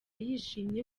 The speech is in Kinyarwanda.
yishimye